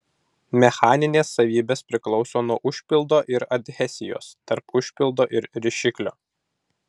mechaninės savybės priklauso nuo užpildo ir adhezijos tarp užpildo ir rišiklio